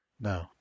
No